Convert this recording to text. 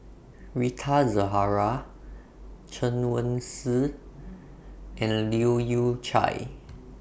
Rita Zahara Chen Wen Hsi and Leu Yew Chye